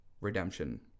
Redemption